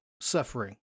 suffering